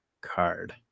card